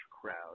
crowd